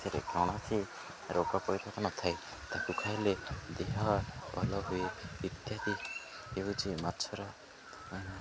ସେଥିରେ କୌଣସି ରୋଗ ପରିବାର ନଥାଏ ତାକୁ ଖାଇଲେ ଦେହ ଭଲ ହୁଏ ଇତ୍ୟାଦି ହେଉଛି ମାଛର